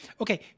Okay